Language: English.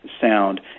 sound